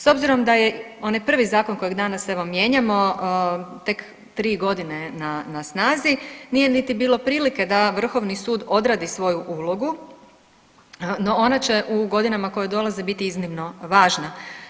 S obzirom da je onaj prvi zakon kojeg danas, evo, mijenjamo, tek 3 godine na snazi, nije niti bilo prilike da Vrhovni sud odradi svoju ulogu, no ona će u godinama koje dolaze biti iznimno važna.